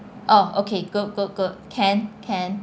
oh okay good good good can can